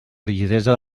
rigidesa